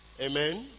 Amen